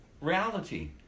reality